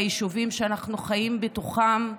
ביישובים שאנחנו חיים בתוכם,